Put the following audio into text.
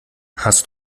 hast